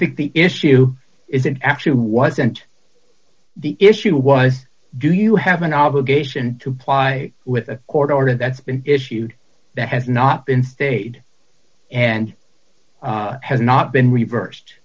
think the issue isn't actually wasn't the issue was do you have an obligation to ply with a court order that's been issued that has not been stated and has not been reversed